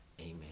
Amen